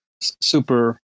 super